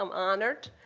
um honored.